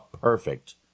perfect